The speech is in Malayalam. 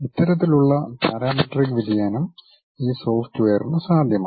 ഇത്തരത്തിലുള്ള പാരാമെട്രിക് വ്യതിയാനം ഈ സോഫ്റ്റ്വെയറിന് സാധ്യമാണ്